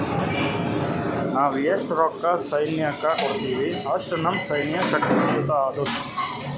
ನಾವ್ ಎಸ್ಟ್ ರೊಕ್ಕಾ ಸೈನ್ಯಕ್ಕ ಕೊಡ್ತೀವಿ, ಅಷ್ಟ ನಮ್ ಸೈನ್ಯ ಶಕ್ತಿಯುತ ಆತ್ತುದ್